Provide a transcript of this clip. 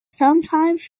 sometimes